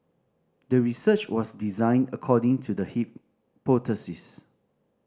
the research was designed according to the hypothesis